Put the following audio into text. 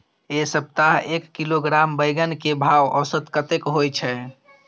ऐ सप्ताह एक किलोग्राम बैंगन के भाव औसत कतेक होय छै?